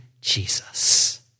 Jesus